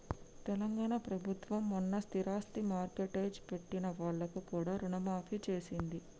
తెలంగాణ ప్రభుత్వం మొన్న స్థిరాస్తి మార్ట్గేజ్ పెట్టిన వాళ్లకు కూడా రుణమాఫీ చేసింది